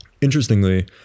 Interestingly